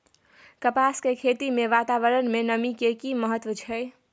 कपास के खेती मे वातावरण में नमी के की महत्व छै?